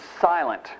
silent